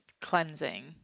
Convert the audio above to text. cleansing